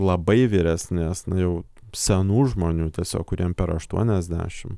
labai vyresnės na jau senų žmonių tiesiog kuriem per aštuoniasdešim